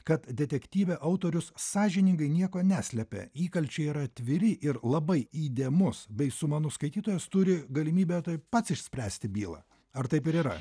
kad detektyve autorius sąžiningai nieko neslepia įkalčiai yra atviri ir labai įdėmus bei sumanus skaitytojas turi galimybę tai pats išspręsti bylą ar taip ir yra